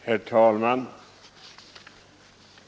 Herr talman!